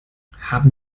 haben